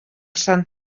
sant